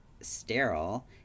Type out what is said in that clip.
sterile